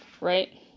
right